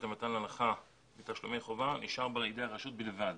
למתן הנחה ותשלומי חובה נותר בידי הרשות בלבד.